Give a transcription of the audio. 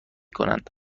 کنند